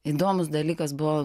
įdomus dalykas buvo